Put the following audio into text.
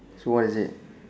so what is it